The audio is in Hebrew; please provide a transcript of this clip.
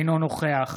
אינו נוכח